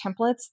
templates